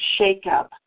shakeup